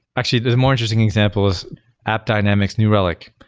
actually, the more interesting example is app dynamics, new relic.